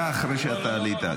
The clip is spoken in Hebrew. ככה צריך להיות.